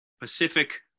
Pacific